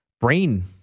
brain